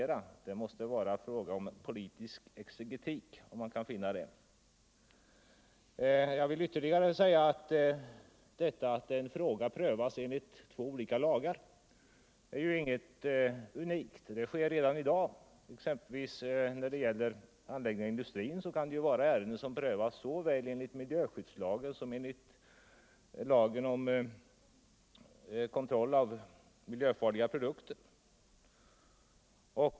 Det måste bli fråga om politisk exegetik om man skall finna det. Att en fråga prövas enligt två olika lagar är ingenting unikt. Det sker redan i dag. Exempelvis när det gäller anläggningar inom industrin förekommer ärenden som prövas såväl enligt miljöskyddslagen som enligt lagen om kontroll av miljöfarliga produkter.